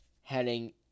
heading